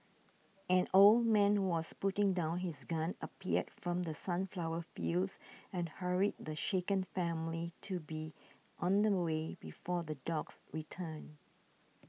an old man was putting down his gun appeared from the sunflower fields and hurried the shaken family to be on their way before the dogs return